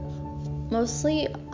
Mostly